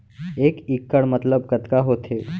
एक इक्कड़ मतलब कतका होथे?